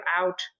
out